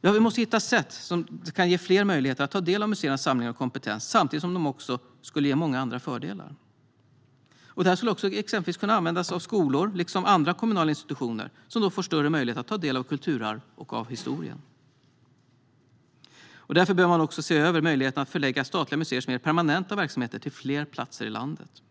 Vi måste hitta sätt som kan ge fler möjlighet att ta del av museernas samlingar och kompetens, samtidigt som det också skulle ge många andra fördelar. Exempelvis skulle man kunna använda sig av skolor liksom andra kommunala institutioner, som då får större möjlighet att ta del av kulturarvet och historien. Därför bör man också se över möjligheten att förlägga statliga museers mer permanenta verksamheter till fler platser i landet.